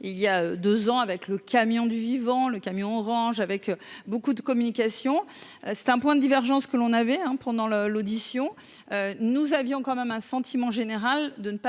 il y a 2 ans avec le camion du vivant, le camion orange avec beaucoup de communication, c'est un point de divergence qu'on avait un pont dans le l'audition, nous avions quand même un sentiment général de ne pas